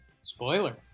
Spoiler